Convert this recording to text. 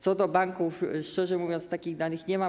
Co do banków, szczerze mówiąc, takich danych nie mam.